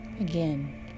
Again